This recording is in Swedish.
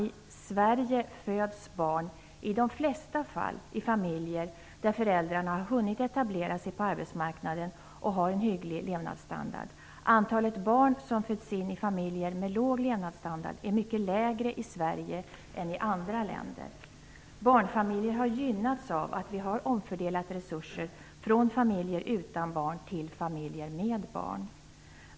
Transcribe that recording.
I Sverige föds barn i de flesta fall i familjer där föräldrarna har hunnit etablera sig på arbetsmarknaden och har en hygglig levnadsstandard. Antalet barn som föds in i familjer med låg levnadsstandard är mycket mindre i Sverige än i andra länder. Barnfamiljer har gynnats av att vi har omfördelat resurser från familjer utan barn till familjer med barn.